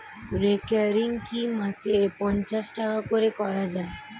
Recurring কি মাসে পাঁচশ টাকা করে করা যায়?